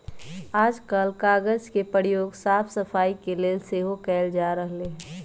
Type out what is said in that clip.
याजकाल कागज के प्रयोग साफ सफाई के लेल सेहो कएल जा रहल हइ